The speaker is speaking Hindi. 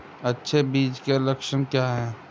अच्छे बीज के लक्षण क्या हैं?